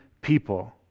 people